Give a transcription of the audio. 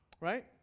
right